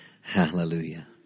Hallelujah